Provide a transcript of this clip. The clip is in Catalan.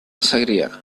segrià